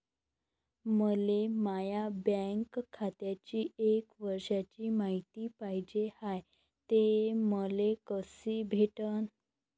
मले माया बँक खात्याची एक वर्षाची मायती पाहिजे हाय, ते मले कसी भेटनं?